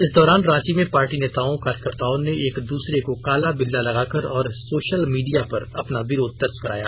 इस दौरान रांची में पार्टी नेताओं कार्यकर्ताओं ने एक दूसरे को काला बिल्ला लगाकर और सोशल मीडिया पर अपना विरोध दर्ज कराया